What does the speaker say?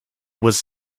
was